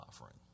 offering